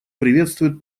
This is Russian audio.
приветствует